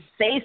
say